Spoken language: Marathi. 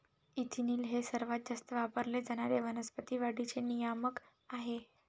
इथिलीन हे सर्वात जास्त वापरले जाणारे वनस्पती वाढीचे नियामक आहे